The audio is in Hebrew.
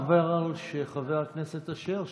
חבר הכנסת אשר,